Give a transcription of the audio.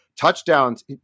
touchdowns